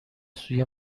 سوی